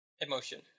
Emotion